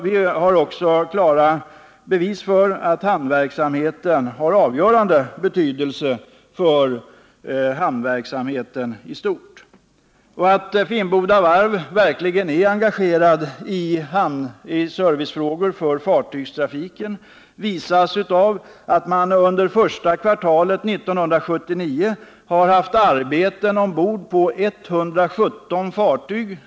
Vi har också klara bevis för att varvsverksamheten har avgörande betydelse för hamnverksamheten i stort. Att Finnboda Varv verkligen är engagerat i servicefrågor för fartygstrafiken bevisas av att man under första kvartalet 1979 har haft arbeten ombord på 117 fartyg.